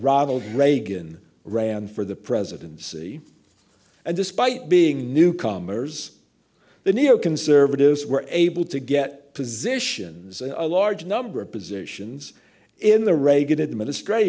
ronald reagan ran for the presidency and despite being newcomers the neoconservatives were able to get positions and a large number of positions in the reagan administrat